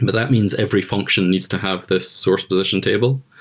and that means every function needs to have the source position table,